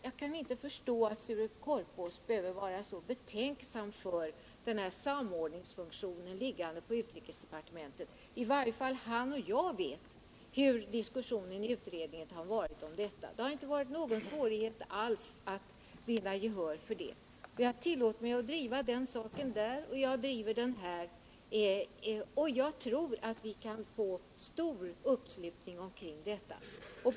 Jag kan inte förstå att Sture Korpås behöver vara så betänksam inför möjligheten att samordningsfunktionen skulle vila på utrikesdepartementet. I varje fall han och jag vet hur diskussionen i utredningen har varit om detta. Det har inte varit någon svårighet alls att finna gehör för det. Jag har tillåtit mig att driva den saken i utredningen och jag driver den här, och jag tror vi kan få stor uppslutning omkring detta.